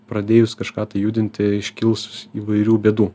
pradėjus kažką judinti iškils įvairių bėdų